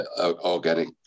organic